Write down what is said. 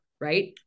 right